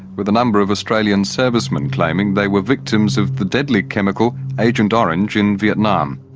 with a number of australian servicemen claiming they were victims of the deadly chemical agent orange in vietnam.